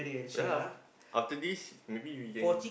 ya after this maybe we can